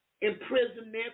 imprisonment